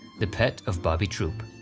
the pet of bobby troup.